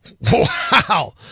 Wow